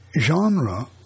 genre